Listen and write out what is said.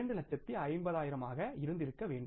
5 லட்சமாக இருந்திருக்க வேண்டும்